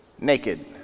Naked